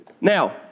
Now